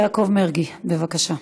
חבר הכנסת יעקב מרגי, בבקשה.